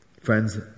Friends